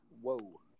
Whoa